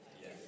Yes